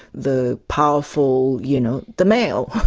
the powerful, you know, the male.